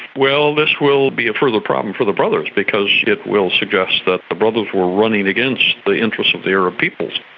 well, this will be a further problem for the brothers because it will suggest that the brothers were running against the interests of the arab peoples,